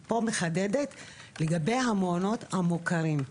פה אני מחדדת לגבי המעונות המוכרים.